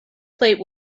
plate